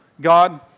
God